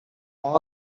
all